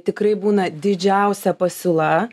tikrai būna didžiausia pasiūla